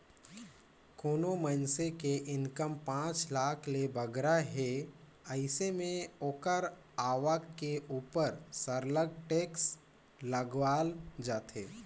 कोनो मइनसे के इनकम पांच लाख ले बगरा हे अइसे में ओकर आवक के उपर सरलग टेक्स लगावल जाथे